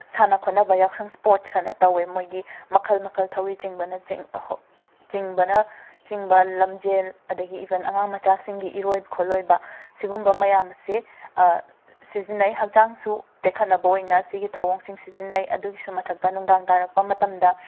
ꯁꯥꯅ ꯈꯣꯠꯅꯕ ꯌꯥꯏꯁꯪ ꯁ꯭ꯄꯣꯔꯠꯁ ꯍꯥꯏꯅ ꯇꯧꯋꯦ ꯃꯣꯏꯒꯤ ꯃꯈꯜ ꯃꯈꯜ ꯊꯧꯔꯤ ꯆꯤꯡꯕꯅ ꯆꯤꯡ ꯑꯍꯣ ꯆꯤꯡꯕꯅ ꯆꯤꯡꯕ ꯂꯝꯖꯦꯜ ꯑꯗꯒꯤ ꯏꯕꯟ ꯑꯉꯥꯡ ꯃꯆꯥꯁꯤꯡꯒꯤ ꯏꯔꯣꯏ ꯈꯣꯠꯂꯣꯏꯕ ꯑꯁꯤꯒꯨꯝꯕ ꯃꯌꯥꯝ ꯑꯁꯦ ꯁꯤꯖꯤꯟꯅꯩ ꯍꯛꯆꯥꯡꯁꯨ ꯇꯦꯛꯈꯠꯅꯕ ꯑꯣꯏꯅ ꯑꯁꯤꯒꯤ ꯊꯧꯑꯣꯡꯁꯤꯡ ꯁꯤꯖꯤꯟꯅꯩ ꯑꯗꯨꯒꯤꯁꯨ ꯃꯊꯛꯇ ꯅꯨꯡꯗꯥꯡ ꯇꯥꯔꯛꯄ ꯃꯇꯝꯗ